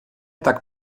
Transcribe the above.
tak